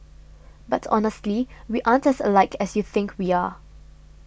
but honestly we aren't as alike as you think we are